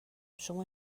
شما